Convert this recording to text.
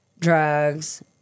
Drugs